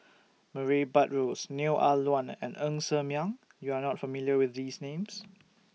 Murray Buttrose Neo Ah Luan and Ng Ser Miang YOU Are not familiar with These Names